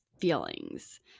feelings